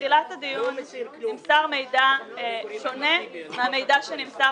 בתחילת הדיון נמסר מידע שונה מן המידע שנמסר